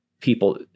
people